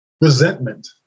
...resentment